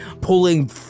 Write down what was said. pulling